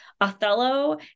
othello